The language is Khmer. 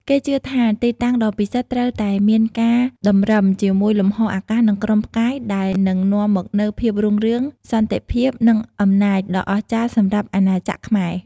គេជឿថាទីតាំងដ៏ពិសិដ្ឋត្រូវតែមានការតម្រឹមជាមួយលំហអាកាស និងក្រុមផ្កាយដែលនឹងនាំមកនូវភាពរុងរឿង សន្តិភាព និងអំណាចដ៏អស្ចារ្យសម្រាប់អាណាចក្រខ្មែរ។